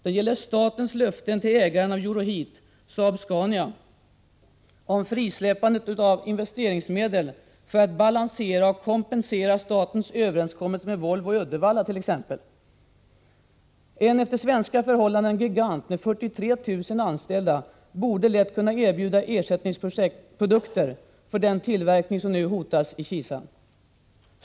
Den gäller också statens löften till ägaren av Euroheat, Saab-Scania, om frisläppandet av investeringsmedel för att balansera och kompensera statens överenskommelser med Volvo i Uddevalla t.ex. En, efter svenska förhållanden, gigant med 43 000 anställda borde lätt kunna erbjuda ersättningsprodukter för den tillverkning som nu hotas i Kisa.